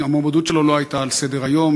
המועמדות שלו לא הייתה על סדר-היום,